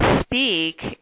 speak